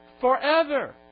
forever